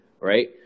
Right